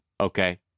Okay